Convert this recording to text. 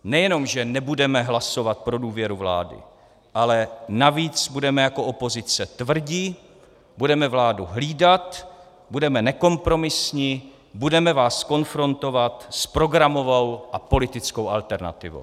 Nejenom že nebudeme hlasovat pro důvěru vlády, ale navíc budeme jako opozice tvrdí, budeme vládu hlídat, budeme nekompromisní, budeme vás konfrontovat s programovou a politickou alternativou!